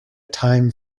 time